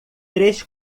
três